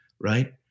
right